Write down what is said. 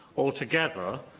altogether,